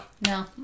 No